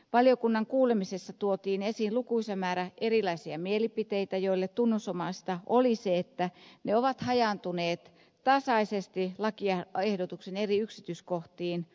valiokunnan kuulemisessa tuotiin esiin lukuisa määrä erilaisia mielipiteitä joille tunnusomaista oli se että ne ovat hajaantuneet tasaisesti lakiehdotuksen eri yksityiskohtiin